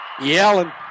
yelling